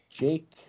Jake